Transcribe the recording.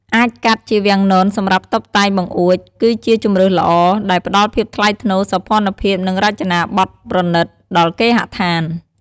អាចកាត់ជាវាំងននសម្រាប់តុបតែងបង្អួច គឺជាជម្រើសល្អ ដែលផ្តល់ភាពថ្លៃថ្នូរ សោភ័ណភាព និងរចនាបថប្រណិត ដល់គេហដ្ឋាន។